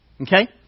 Okay